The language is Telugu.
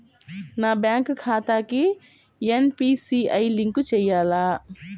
నా బ్యాంక్ ఖాతాకి ఎన్.పీ.సి.ఐ లింక్ చేయాలా?